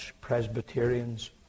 Presbyterians